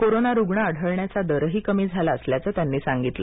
corona रुग्ण आढळण्याचा दरही कमी झाला असल्याचं त्यांनी सांगितलं